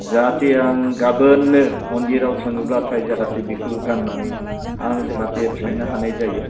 जाहाथे आं गाबोननो मन्दिराव थाङोब्लाथाय जाहाथे बेखौ गान्नानै आं जाहाथे थांनो हानाय जायो